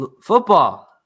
Football